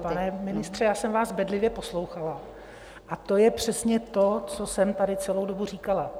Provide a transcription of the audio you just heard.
Pane ministře, já jsem vás bedlivě poslouchala a to je přesně to, co jsem tady celou dobu říkala.